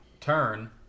turn